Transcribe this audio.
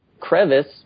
crevice